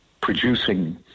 producing